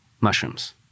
mushrooms